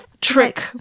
trick